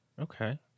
okay